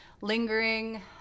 lingering